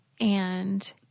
And-